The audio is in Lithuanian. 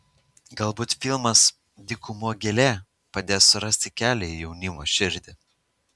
galbūt filmas dykumų gėlė padės surasti kelią į jaunimo širdį